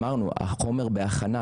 אמרנו החומר בהכנה,